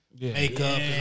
makeup